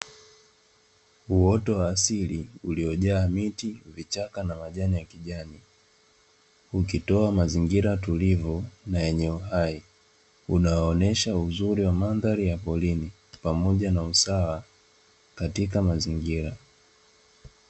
Uwoto wa asali uliojaa miti vichaka na majani yakijani umitoa mazingira tulivu na yenye usawa yakitoa mazingira tulivu na yenye usawa